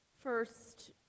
First